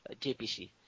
JPC